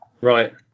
Right